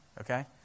okay